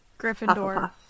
Gryffindor